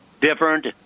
different